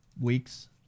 weeks